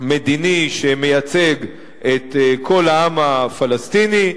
מדיני שמייצג את כל העם הפלסטיני,